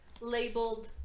labeled